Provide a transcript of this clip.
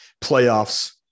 playoffs